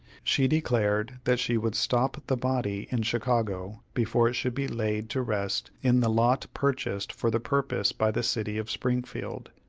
she declared that she would stop the body in chicago before it should be laid to rest in the lot purchased for the purpose by the city of springfield.